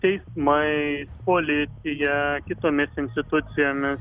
teismai policija kitomis institucijomi